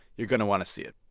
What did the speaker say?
you're going to want to see it.